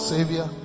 Savior